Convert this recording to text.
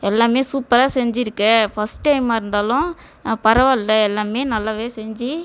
எல்லாமே சூப்பராக செஞ்சுருக்க ஃபஸ்ட் டைமாக இருந்தாலும் பரவாயில்லை எல்லாமே நல்லாவே செஞ்சு